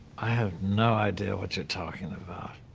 i have no idea what you're talking about.